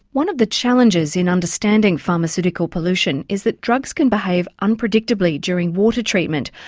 one of the challenges in understanding pharmaceutical pollution is that drugs can behave unpredictably during water treatment,